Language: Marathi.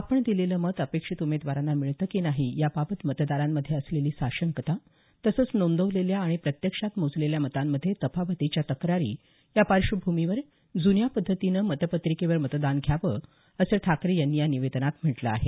आपण दिलेलं मत अपेक्षित उमेदवारांना मिळतं की नाही या बाबत मतदारांमध्ये असलेली साशंकता तसंच नोंदवलेल्या आणि प्रत्यक्षात मोजलेल्या मतांमध्ये तफावतीच्या तक्रारी या पार्श्वभूमीवर जुन्या पद्धतीनं मतपत्रिकेवर मतदान घ्यावं असं ठाकरे यांनी या निवेदनात म्हटलं आहे